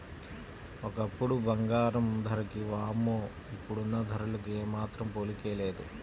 ఒకప్పుడు బంగారం ధరకి వామ్మో ఇప్పుడున్న ధరలకు ఏమాత్రం పోలికే లేదు